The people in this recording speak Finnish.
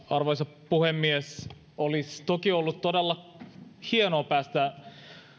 arvoisa puhemies olisi toki ollut todella hienoa päästä